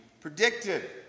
predicted